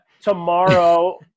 Tomorrow